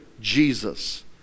Jesus